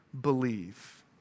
believe